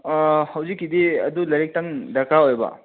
ꯑꯥ ꯍꯧꯖꯤꯛꯀꯤꯗꯤ ꯑꯗꯨ ꯂꯥꯏꯔꯤꯛꯇꯪ ꯗꯔꯀꯥꯔ ꯑꯣꯏꯕ